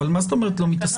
אבל מה זאת אומרת לא מתעסקים